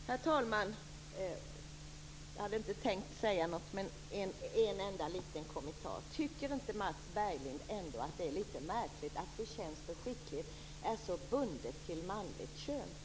Herr talman! Jag hade inte tänkt säga något, men jag har en enda liten kort fråga: Tycker inte Mats Berglind ändå att det är litet märkligt att förtjänst och skicklighet är så bundet till manligt kön?